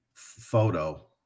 Photo